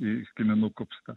į kiminų kupstą